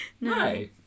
No